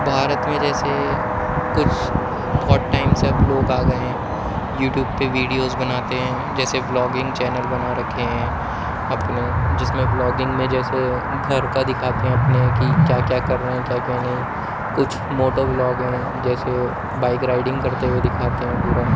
بھارت میں جیسے کچھ بہت ٹائم سے اب لوگ آ گئے ہیں یوٹیوب پہ ویڈیوز بناتے ہیں جیسے ولاگنگ چینل بنا رکھے ہیں اپنے جس میں ولاگنگ میں جیسے گھر کا دکھاتے ہیں اپنے کہ کیا کیا کر رہے ہیں کیا کیا نہیں کچھ موٹو ولاگ ہیں جیسے بائک رائڈنگ کرتے ہوئے دکھاتے ہیں پورا